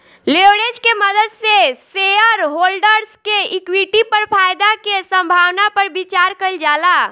leverage के मदद से शेयरहोल्डर्स के इक्विटी पर फायदा के संभावना पर विचार कइल जाला